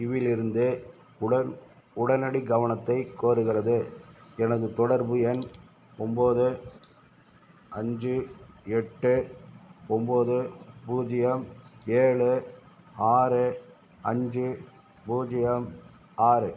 இலிருந்து உடன் உடனடிக் கவனத்தைக் கோருகிறது எனது தொடர்பு எண் ஒம்போது அஞ்சு எட்டு ஒம்போது பூஜ்ஜியம் ஏழு ஆறு அஞ்சு பூஜ்ஜியம் ஆறு